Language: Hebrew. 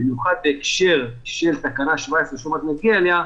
במיוחד בהקשר של תקנה 17 שעוד מעט נגיע אליה,